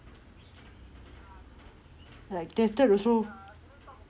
tested also